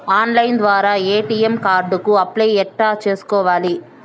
Online ద్వారా ATM card కు apply ఎట్లా సేసుకోవాలి?